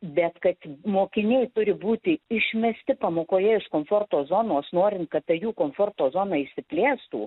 bet kad mokiniai turi būti išmesti pamokoje iš komforto zonos norint kad ta jų komforto zona išsiplėstų